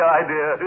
idea